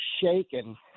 shaken